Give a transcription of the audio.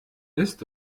ist